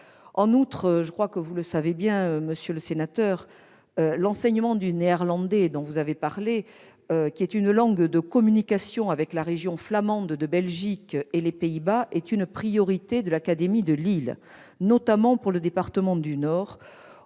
et de culture et des programmes scolaires ». En outre, l'enseignement du néerlandais dont vous avez parlé, qui est une langue de communication avec la région flamande de Belgique et les Pays-Bas, est une priorité pour l'académie de Lille, notamment pour le département du Nord,